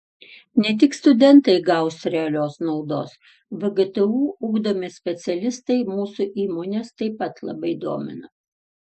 ne tik studentai gaus realios naudos vgtu ugdomi specialistai mūsų įmones taip pat labai domina